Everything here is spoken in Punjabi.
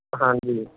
ਹਾਂਜੀ